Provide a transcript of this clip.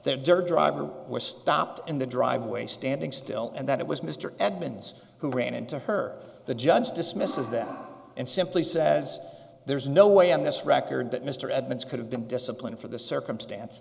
there dirt driver was stopped in the driveway standing still and that it was mr edmunds who ran into her the judge dismissed as that and simply says there's no way on this record that mr edmunds could have been disciplined for the circumstance